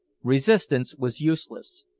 resistance was useless.